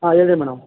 ಹಾಂ ಹೇಳಿ ಮೇಡಮ್